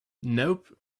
nope